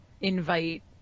invite